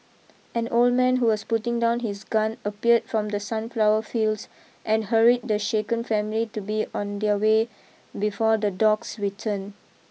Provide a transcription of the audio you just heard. an old man who was putting down his gun appeared from the sunflower fields and hurried the shaken family to be on their way before the dogs return